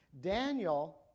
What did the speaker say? Daniel